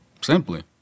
Simply